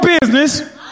business